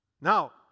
Now